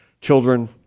children